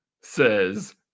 says